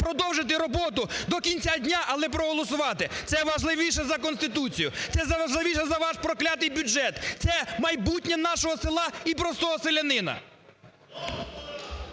продовжити роботу до кінця дня, але проголосувати. Це важливіше за Конституцію, це важливіше за ваш проклятий бюджет. Це майбутнє нашого села і простого селянина.